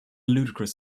ludicrous